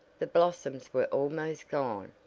the blossoms were almost gone.